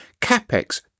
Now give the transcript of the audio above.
CapEx